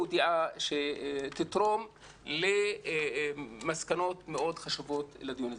דעה שתתרום למסקנות מאוד חשובות לדיון הזה.